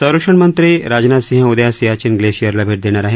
संरक्षणमंत्री राजनाथ सिंह उद्या सियाचिन ग्लेशियरला भेट देणार आहेत